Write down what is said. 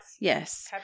yes